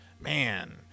man